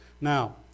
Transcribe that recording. Now